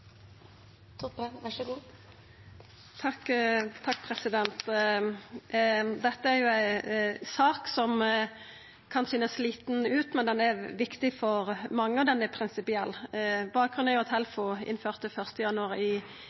ei sak som kanskje ser lita ut, men ho er viktig for mange, og ho er prinsipiell. Bakgrunnen er at Helfo 1. januar i fjor innførte